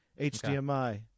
HDMI